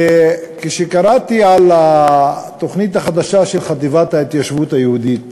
וכשקראתי על התוכנית החדשה של חטיבת ההתיישבות היהודית